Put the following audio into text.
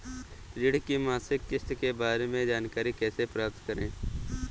ऋण की मासिक किस्त के बारे में जानकारी कैसे प्राप्त करें?